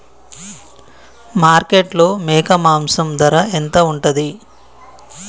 మార్కెట్లో మేక మాంసం ధర ఎంత ఉంటది?